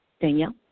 Danielle